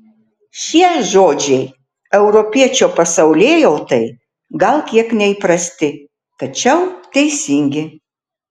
šie žodžiai europiečio pasaulėjautai gal kiek neįprasti tačiau teisingi